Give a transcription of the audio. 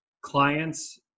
clients